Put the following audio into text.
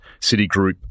Citigroup